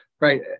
right